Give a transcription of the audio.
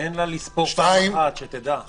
תן לה לספור פעם אחת, שתדע.